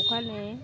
ওখানে